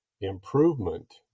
improvement